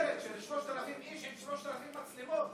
הוא עשה סיירת של 3,000 איש עם 3,000 מצלמות.